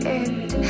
end